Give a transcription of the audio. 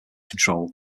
control